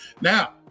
Now